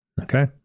Okay